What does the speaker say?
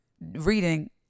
reading